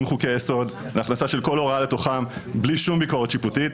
חוקי-יסוד וההכנסה של כל הוראה לתוכם בלי שום ביקורת שיפוטית.